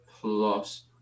plus